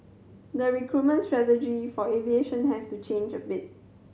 the recruitment strategy for aviation has to change a bit